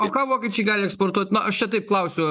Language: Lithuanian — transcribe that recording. o ką vokiečiai gali eksportuot na aš čia taip klausiu